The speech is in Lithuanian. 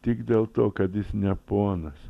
tik dėl to kad jis ne ponas